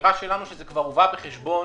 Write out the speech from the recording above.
האמירה שלנו שזה כבר הובא בחשבון